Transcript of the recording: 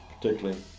particularly